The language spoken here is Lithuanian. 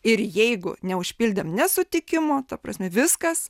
ir jeigu neužpildėm nesutikimo ta prasme viskas